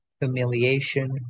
humiliation